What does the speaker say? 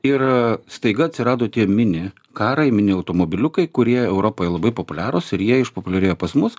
ir staiga atsirado tie mini karai mini automobiliukai kurie europoj labai populiarūs ir jie išpopuliarėjo pas mus